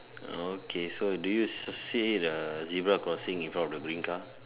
okay so do you see the zebra crossing in front of the green car